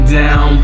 down